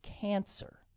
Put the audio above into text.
cancer